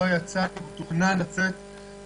לא יצא כי הוא מתוכנן לצאת בהמשך.